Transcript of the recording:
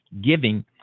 giving